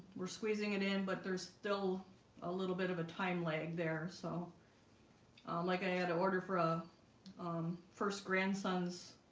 we're squeezing it in but there's still a little bit of a time lag there so like i had to order for a um first grandson's